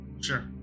Sure